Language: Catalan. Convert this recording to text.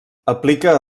aplica